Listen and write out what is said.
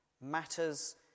matters